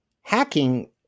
hacking